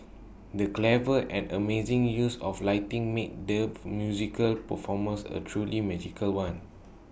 the clever and amazing use of lighting made their musical performance A truly magical one